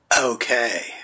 okay